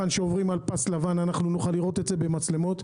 והיכן שעוברים פס לבן אנחנו נוכל לראות את זה במצלמות.